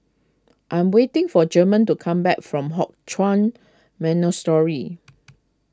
I'm waiting for German to come back from Hock Chuan Monastery